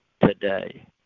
today